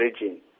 region